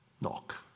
Knock